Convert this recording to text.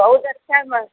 बहुत अच्छा म